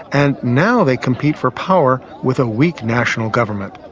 and now they compete for power with a weak national government.